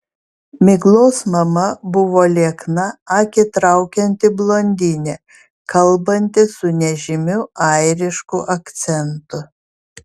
miglos mama buvo liekna akį traukianti blondinė kalbanti su nežymiu airišku akcentu